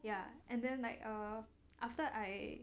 ya and then like err after I